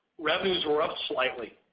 revenues were up slightly.